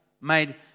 made